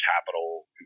capital